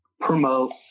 promote